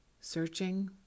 searching